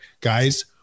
guys